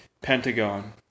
Pentagon